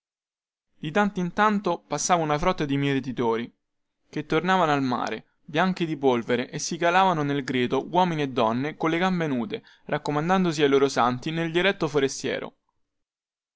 di tanto in tanto passava una frotta di mietitori che tornavano al mare bianchi di polvere e si calavano nel greto uomini e donne colle gambe nude raccomandandosi ai loro santi nel dialetto forestiero